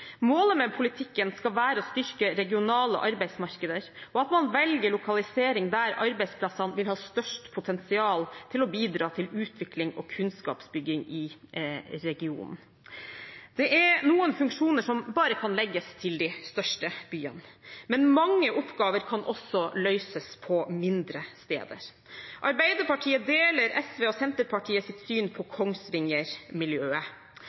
Målet med politikken skal være å styrke regionale arbeidsmarkeder, og at man velger lokalisering der arbeidsplassene vil ha størst potensial til å bidra til utvikling og kunnskapsbygging i regionen. Det er noen funksjoner som bare kan legges til de største byene, men mange oppgaver kan også løses på mindre steder. Arbeiderpartiet deler SV og Senterpartiets syn på